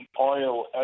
oil